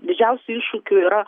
didžiausių iššūkių yra